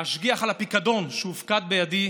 להשגיח על הפיקדון שהופקד בידי,